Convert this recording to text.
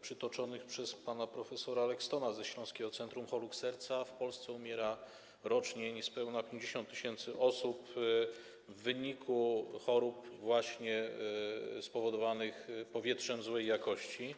przytoczonych przez pana prof. Lekstona ze Śląskiego Centrum Chorób Serca w Polsce umiera rocznie niespełna 50 tys. osób w wyniku chorób spowodowanych powietrzem złej jakości.